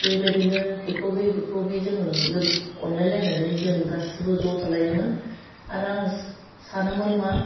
बेबायदिनो बेखौ बे बे खौ बे जोङो लोगो अनलायनानै जों गासिबो ज' थालायोमोन आरो आं सानोमोन मा